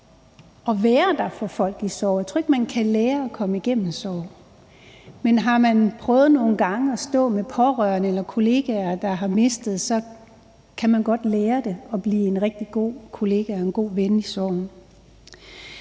at være der for folk i sorg. Jeg tror ikke, man kan lære at komme igennem sorg, men har man prøvet nogle gange at stå med pårørende eller kollegaer, der har mistet, så kan man godt lære at blive en rigtig god kollega og en god ven i sorgen.